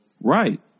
Right